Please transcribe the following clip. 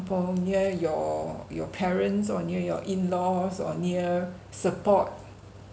near your your parents or near your in-laws or near support